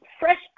fresh